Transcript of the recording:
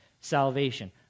salvation